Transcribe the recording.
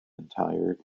entire